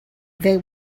they